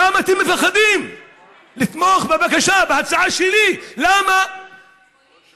למה אתם מפחדים לתמוך בבקשה, בהצעה שלי?